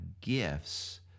gifts